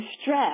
stress